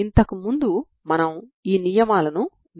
ఇక్కడ మనం ఈ రెండు పరిష్కారాలను ఇవ్వలేదు